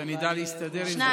שאני אדע להסתדר עם זה.